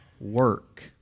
work